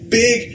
big